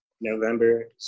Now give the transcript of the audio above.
november